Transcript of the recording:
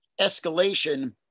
escalation